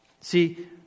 See